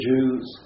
Jews